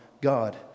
God